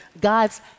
God's